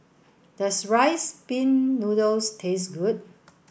does rice pin noodles taste good